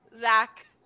Zach